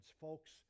folks